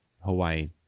Hawaii